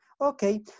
okay